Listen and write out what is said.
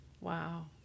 Wow